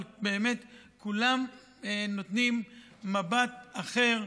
אבל באמת כולם נותנים מבט אחר,